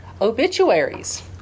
obituaries